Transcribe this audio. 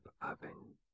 oven